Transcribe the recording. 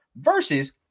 versus